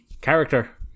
character